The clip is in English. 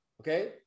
Okay